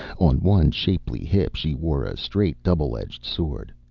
on one shapely hip she wore a straight double-edged sword,